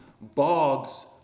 bogs